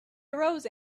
arose